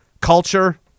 culture